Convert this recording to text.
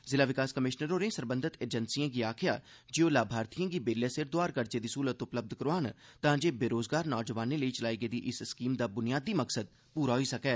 जिला विकास कमिशनर होरें सरबंधत एजेंसिएं गी आखेआ जे ओह् लाभार्थिएं गी बेल्लै सिर दोआर कर्जे दी स्हूलत उपलब्य करोआन तांजे बेरोजगार नौजवानें लेई चलाई गेदी इस स्कीम दा बुनियादी मकसद पूरा होई सकै